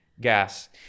gas